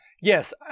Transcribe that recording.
yes